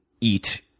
eat